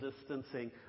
distancing